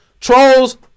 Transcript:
Trolls